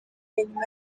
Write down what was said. nyuma